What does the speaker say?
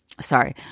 Sorry